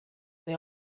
they